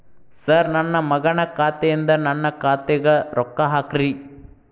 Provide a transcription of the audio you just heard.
sir ನನ್ನ ಮಗನ ಖಾತೆ ಯಿಂದ ನನ್ನ ಖಾತೆಗ ರೊಕ್ಕಾ ಹಾಕ್ರಿ